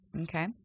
Okay